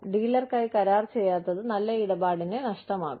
ഡീലർക്കായി കരാർ ചെയ്യാത്തത് നല്ല ഇടപാടിന്റെ നഷ്ടമാകും